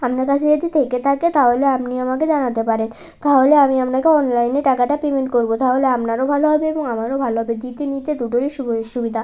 আপনার কাছে যদি থেকে থাকে তাহলে আপনি আমাকে জানাতে পারেন তাহলে আমি আপনাকে অনলাইনে টাকাটা পেমেন্ট করব তাহলে আপনারও ভালো হবে এবং আমারও ভালো হবে দিতে নিতে দুটোরই সুবিধা